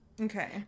Okay